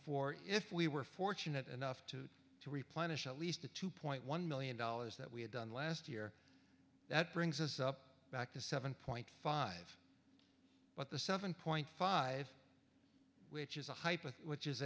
four if we were fortunate enough to replenish at least a two point one million dollars that we had done last year that brings us up back to seven point five but the seven point five which is a hyper which is